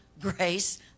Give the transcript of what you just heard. grace